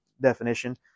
definition